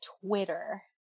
twitter